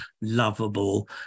lovable